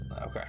Okay